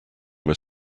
were